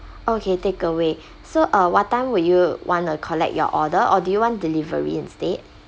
okay take away so uh what time would you wanna collect your order or do you want delivery instead